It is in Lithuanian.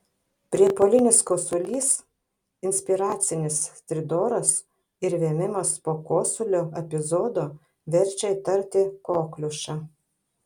priepuolinis kosulys inspiracinis stridoras ir vėmimas po kosulio epizodo verčia įtarti kokliušą